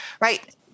right